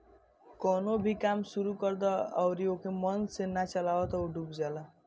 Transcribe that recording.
कवनो भी काम शुरू कर दअ अउरी ओके मन से ना चलावअ तअ उ डूब जाला